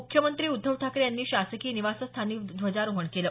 मुख्यमंत्री उद्धव ठाकरे यांनी शासकीय निवासस्थानी ध्वजारोहण केलं